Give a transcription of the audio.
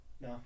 No